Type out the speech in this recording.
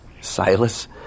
Silas